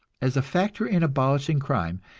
as a factor in abolishing crime,